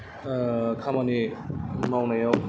खामानि मावनायाव